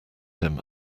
him